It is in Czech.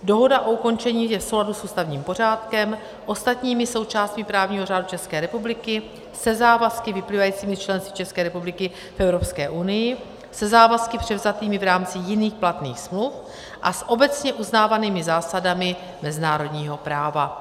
Dohoda o ukončení je v souladu s ústavním pořádkem, ostatními součástmi právního řádu České republiky, se závazky vyplývajícími z členství České republiky v Evropské unii, se závazky převzatými v rámci jiných platných smluv a s obecně uznávanými zásadami mezinárodního práva.